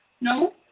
No